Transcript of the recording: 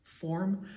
form